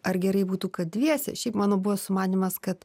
ar gerai būtų kad dviese šiaip mano buvo sumanymas kad